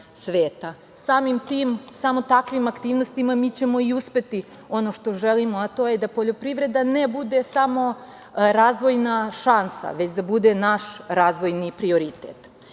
sveta. Samim tim samo takvim aktivnostima mi ćemo i uspeti ono što želimo, a to je da poljoprivreda ne bude samo razvojna šansa već da bude naš razvojni prioritet. Na